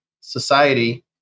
society